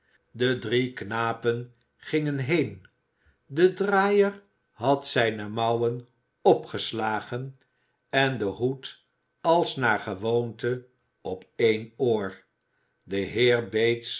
de drie knapen gingen heen de draaier had zijne mouwen opgeslagen en den hoed als naar gewoonte op één oor de